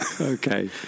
Okay